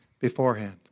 beforehand